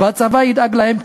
והצבא ידאג להם,